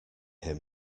him